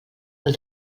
del